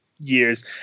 years